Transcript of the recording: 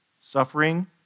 Suffering